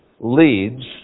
leads